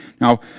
Now